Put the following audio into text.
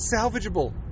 salvageable